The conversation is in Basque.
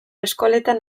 eskoletan